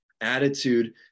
Attitude